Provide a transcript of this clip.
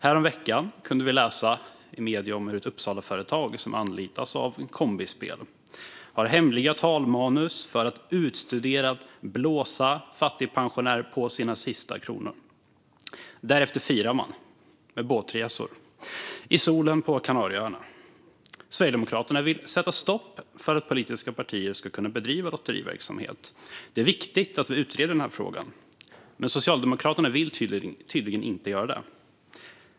Häromveckan kunde vi läsa i medierna om hur ett Uppsalaföretag som anlitas av Kombispel har hemliga manus för att utstuderat blåsa fattigpensionärer på deras sista kronor. Därefter firar man med båtresor i solen på Kanarieöarna. Sverigedemokraterna vill sätta stopp för att politiska partier ska kunna bedriva lotteriverksamhet. Det är viktigt att vi utreder den frågan. Men Socialdemokraterna vill tydligen inte göra det.